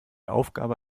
aufgabe